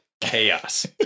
chaos